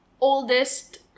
oldest